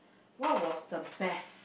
what was the best